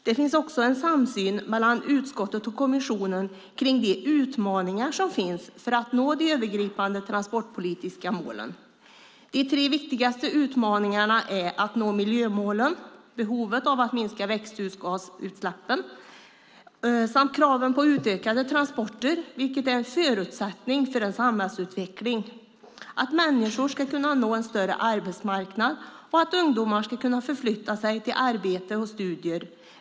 Det finns också en samsyn mellan utskottet och kommissionen kring de utmaningar som finns för att nå de övergripande transportpolitiska målen. Den första viktiga utmaningen är miljömålen och behovet av att minska växthusgasutsläppen. Den andra är kraven på utökade transporter. En förutsättning för samhällsutveckling är att människor ska kunna nå en större arbetsmarknad och att ungdomar ska kunna förflytta sig till arbete och studier.